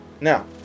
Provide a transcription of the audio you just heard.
now